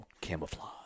Camouflage